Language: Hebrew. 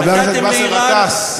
חבר הכנסת באסל גטאס.